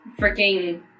freaking